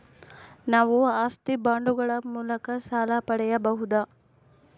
ನಾವು ಆಸ್ತಿ ಬಾಂಡುಗಳ ಮೂಲಕ ಸಾಲ ಪಡೆಯಬಹುದಾ?